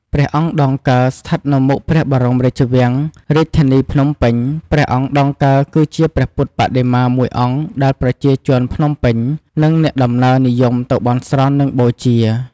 ព្រះអង្គដងកើ ស្ថិតនៅមុខព្រះបរមរាជវាំង រាជធានីភ្នំពេញ ព្រះអង្គដងកើ គឺជាព្រះពុទ្ធបដិមាមួយអង្គដែលប្រជាជនភ្នំពេញ និងអ្នកដំណើរនិយមទៅបន់ស្រន់ និងបូជា។